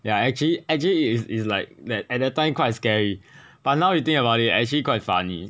ya actually actually is is like that at that time quite scary but now you think about it actually quite funny